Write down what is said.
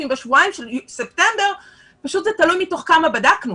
בשבועיים של ספטמבר זה פשוט תלוי מתוך כמה בדקנו,